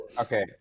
okay